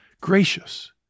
gracious